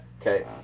Okay